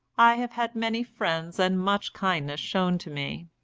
i have had many friends and much kindness shown to me,